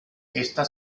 esta